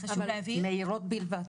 מהירות בלבד.